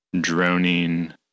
droning